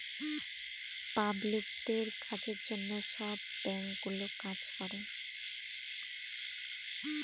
পাবলিকদের কাজের জন্য সব ব্যাঙ্কগুলো কাজ করে